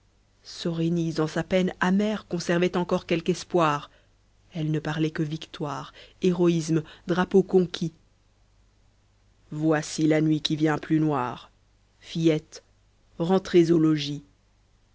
sorénise en sa peine amère conservait encor quelqu'espoir elle ne parlait que victoire héroïsme drapeaux conquis voici la nuit mais